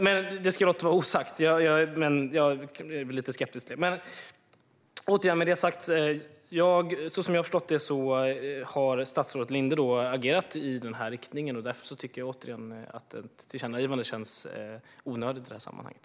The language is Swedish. Jag ska låta det vara osagt, men jag är lite skeptisk till det hela. Återigen: Som jag har förstått det har statsrådet Linde agerat i denna riktning, och därför tycker jag att ett tillkännagivande känns onödigt i sammanhanget.